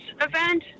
event